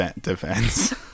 defense